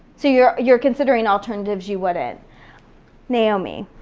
so you're you're considering alternatives you wouldn't. naomi.